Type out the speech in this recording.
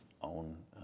own